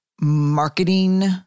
marketing